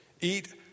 Eat